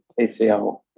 ACL